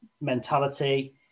mentality